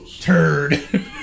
turd